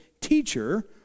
Teacher